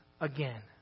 again